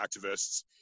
activists